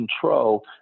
control